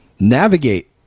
Navigate